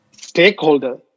stakeholder